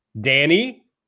Danny